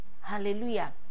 Hallelujah